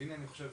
אני חושב